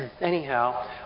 Anyhow